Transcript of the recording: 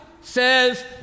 says